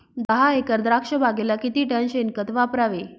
दहा एकर द्राक्षबागेला किती टन शेणखत वापरावे?